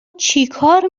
چیکار